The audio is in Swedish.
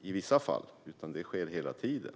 i vissa fall, utan det sker hela tiden.